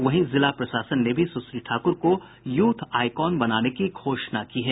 वहीं जिला प्रशासन ने भी सुश्री ठाकुर को यूथ आईकन बनाने की घोषणा की है